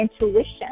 intuition